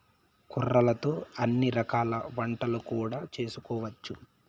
కొర్రలతో అన్ని రకాల వంటలు కూడా చేసుకోవచ్చు